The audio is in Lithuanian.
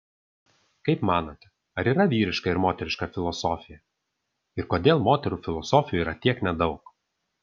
kaip manote ar yra vyriška ir moteriška filosofija ir kodėl moterų filosofių yra tiek nedaug